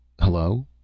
Hello